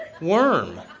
worm